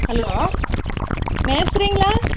hello மேஸ்த்திரிங்களா